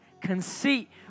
conceit